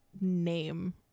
name